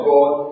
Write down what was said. God